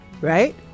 right